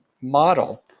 Model